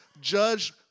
judge